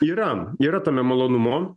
yra yra tame malonumu